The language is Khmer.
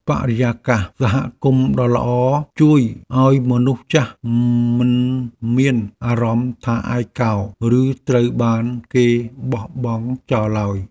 បរិយាកាសសហគមន៍ដ៏ល្អជួយឱ្យមនុស្សចាស់មិនមានអារម្មណ៍ថាឯកោឬត្រូវបានគេបោះបង់ចោលឡើយ។